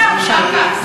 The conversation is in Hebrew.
שם.